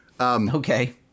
Okay